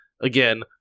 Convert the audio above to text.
Again